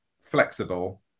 flexible